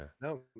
no